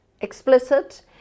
explicit